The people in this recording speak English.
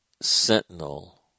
Sentinel